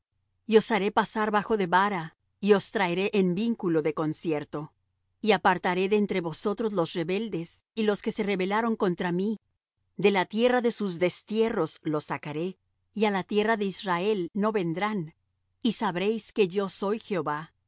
y os haré pasar bajo de vara y os traeré en vínculo de concierto y apartaré de entre vosotros los rebeldes y los que se rebelaron contra mí de la tierra de sus destierros los sacaré y á la tierra de israel no vendrán y sabréis que yo soy jehová